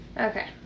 Okay